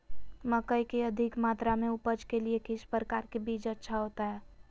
मकई की अधिक मात्रा में उपज के लिए किस प्रकार की बीज अच्छा होता है?